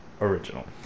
original